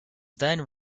then